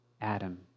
Adam